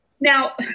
Now